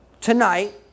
tonight